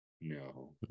No